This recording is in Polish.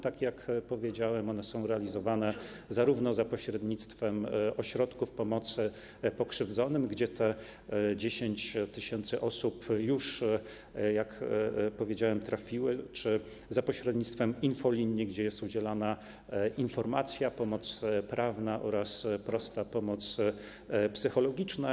Tak jak powiedziałem, one są realizowane zarówno za pośrednictwem ośrodków pomocy pokrzywdzonym, do których już 10 tys. osób, jak powiedziałem, trafiło, jak i za pośrednictwem infolinii, gdzie jest udzielana informacja, pomoc prawna oraz prosta pomoc psychologiczna.